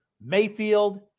Mayfield